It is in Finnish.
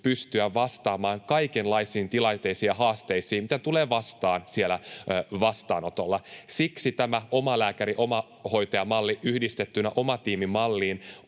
pystyä vastaamaan kaikenlaisiin tilanteisiin ja haasteisiin, mitä tulee vastaan siellä vastaanotolla. Siksi omalääkäri‑ ja omahoitajamallit yhdistettyinä omatiimi-malliin